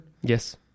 Yes